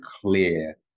clear